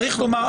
צריך לומר,